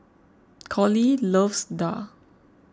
Coley loves Daal